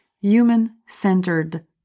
human-centered